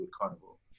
Carnival